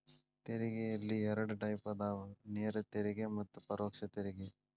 ತೆರಿಗೆಯಲ್ಲಿ ಎರಡ್ ಟೈಪ್ ಅದಾವ ನೇರ ತೆರಿಗೆ ಮತ್ತ ಪರೋಕ್ಷ ತೆರಿಗೆ